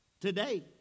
today